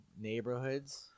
neighborhoods